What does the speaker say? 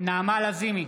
נעמה לזימי,